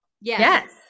Yes